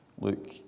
Luke